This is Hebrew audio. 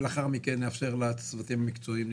ולאחר מכן נאפשר לצוותים המקצועיים להתייחס.